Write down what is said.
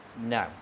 No